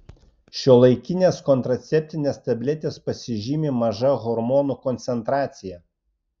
šiuolaikinės kontraceptinės tabletės pasižymi maža hormonų koncentracija